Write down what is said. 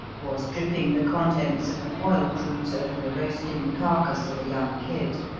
was dripping the contents of an oil cruse over the roasting carcass of a young kid.